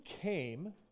came